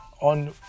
on